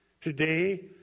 Today